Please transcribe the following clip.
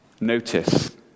Notice